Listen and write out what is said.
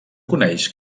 coneix